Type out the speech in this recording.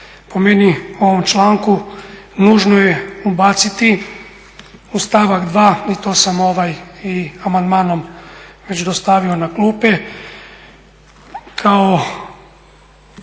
Po meni u ovom članku nužno je ubaciti u stavak 2. i to sam i amandmanom već dostavio na klupe kao